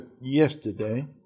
yesterday